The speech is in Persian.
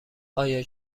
آیا